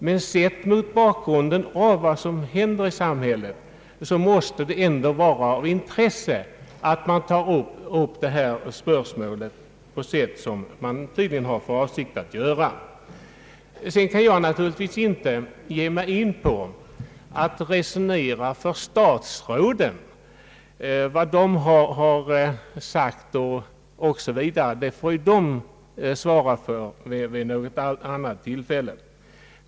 Men mot bakgrund av vad som händer i samhället måste det ändå vara av intresse att man inom U 68 tar upp detta spörsmål på sätt som man tydligen har för avsikt att göra. Jag kan naturligtvis inte ge mig in på att resonera för statsrådens räkning, vad de har sagt o.s.v. Det får de svara för vid något annat tillfälle.